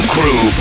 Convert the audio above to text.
Crew